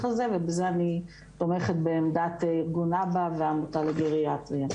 הזה ובזה אני תומכת בעמדת ארגון א.ב.א והעמותה לגריאטריה.